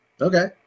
Okay